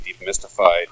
demystified